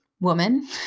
woman